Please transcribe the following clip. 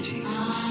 Jesus